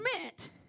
meant